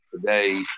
today